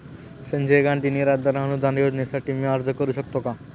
संजय गांधी निराधार अनुदान योजनेसाठी मी अर्ज करू शकतो का?